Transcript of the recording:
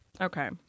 Okay